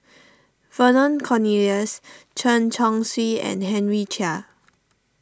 Vernon Cornelius Chen Chong Swee and Henry Chia